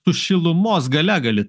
su šilumos galia gali